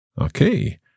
Okay